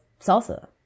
salsa